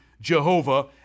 Jehovah